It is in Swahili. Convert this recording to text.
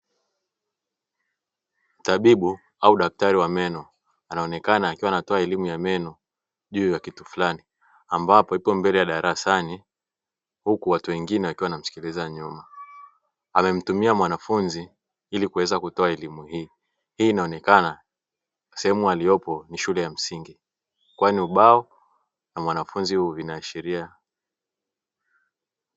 Mtabibu au Daktari wa meno anaonekana akiwa anatoa elimu ya meno juu ya kitu fulani, ambapo amesimama mbele ya darasa huku watu wengine wakiwa wanamsikiliza, nyuma amemtumia mwanafunzi ili kuweza kutoa elimu hiyo inaonekana sehemu waliopo ni shule ya msingi kwani ubao na mwanafunzi huyu vinaashiria.